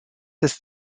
des